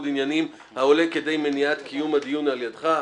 עניינים העולה כדי מניעת קיום הדיון על ידך.